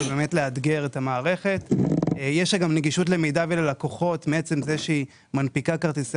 ובמסגרתו הוטלו מגבלות שדובר עליהן לשימוש בכרטיסי